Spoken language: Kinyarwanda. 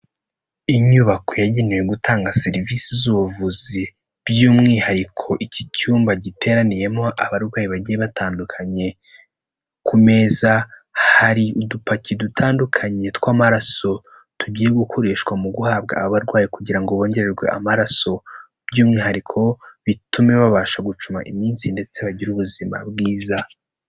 Inyubako yagenewe gutanga serivisi z'ubuvuzi, by'umwihariko iki cyumba giteraniyemo abarwayi bagiye batandukanye, ku meza hari udupaki dutandukanye tw'amaraso tugiye gukoreshwa mu guhabwa abarwayi kugira ngo bongerwe amaraso, by'umwihariko bitume babasha gucuma iminsi ndetse bagira ubuzima bwiza.